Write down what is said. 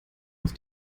auf